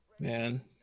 Man